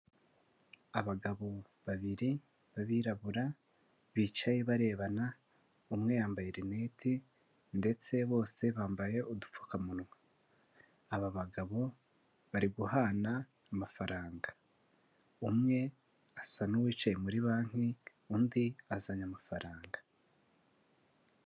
Abagabo babiri b'abirabura bicaye barebana, umwe yambaye rinete ndetse bose bambaye udupfukamunwa. Aba bagabo bari guhana amafaranga, umwe asa n'uwicaye muri banki undi azanye amafaranga.